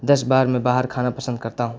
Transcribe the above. دس بار میں باہر کھانا پسند کرتا ہوں